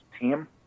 team